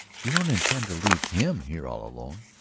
you don't intend to leave him here all alone?